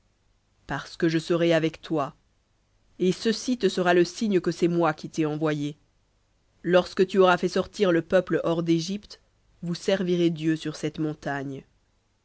parce que je serai avec toi et ceci te sera le signe que c'est moi qui t'ai envoyé lorsque tu auras fait sortir le peuple hors d'égypte vous servirez dieu sur cette montagne